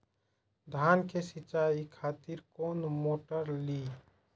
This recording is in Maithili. धान के सीचाई खातिर कोन मोटर ली?